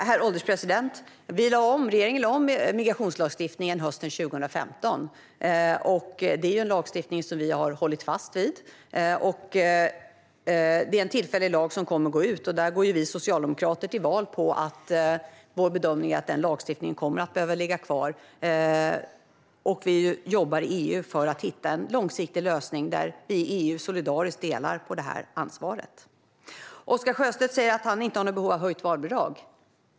Herr ålderspresident! Regeringen lade om migrationslagstiftningen hösten 2015. Det är en lagstiftning som vi har hållit fast vid. Det är en tillfällig lag som kommer att gå ut. Där går vi socialdemokrater till val på att vår bedömning är att den lagstiftningen kommer att behöva ligga kvar. Vi jobbar i EU för att hitta en långsiktig lösning där vi i EU solidariskt delar på ansvaret. Oscar Sjöstedt säger att han inte har något behov av höjt barnbidrag.